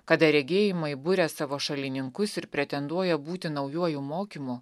kada regėjimai buria savo šalininkus ir pretenduoja būti naujuoju mokymu